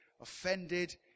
offended